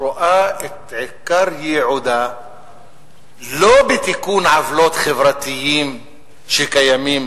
רואה את עיקר ייעודה לא בתיקון עוולות חברתיים שקיימים